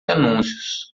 anúncios